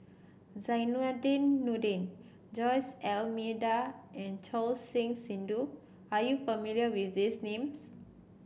Zainudin Nordin Jose D'Almeida and Choor Singh Sidhu are you not familiar with these names